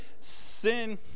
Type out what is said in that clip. Sin